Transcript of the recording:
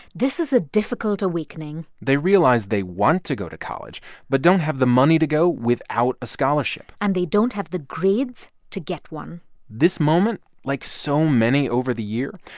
this is a difficult awakening they realize they want to go to college but don't have the money to go without a scholarship and they don't have the grades to get one this moment, like so many over the year,